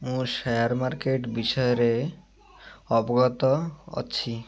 ମୁଁ share market ବିଷୟରେ ଅବଗତ ଅଛି